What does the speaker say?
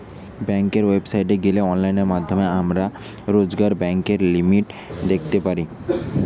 বেংকের ওয়েবসাইটে গিলে অনলাইন মাধ্যমে আমরা রোজকার ব্যায়ের লিমিট দ্যাখতে পারি